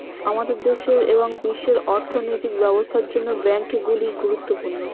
আমাদের দেশের এবং বিশ্বের অর্থনৈতিক ব্যবস্থার জন্য ব্যাংকগুলি গুরুত্বপূর্ণ